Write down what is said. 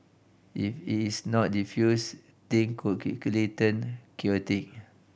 if it is not defused thing could quickly turn chaotic